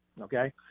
okay